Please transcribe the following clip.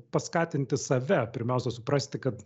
paskatinti save pirmiausia suprasti kad